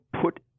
put